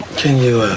can you